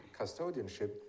custodianship